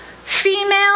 female